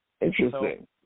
Interesting